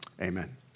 Amen